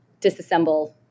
disassemble